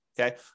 Okay